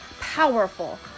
powerful